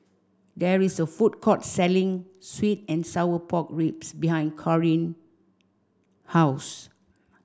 there is a food court selling sweet and sour pork ribs behind Kaaren house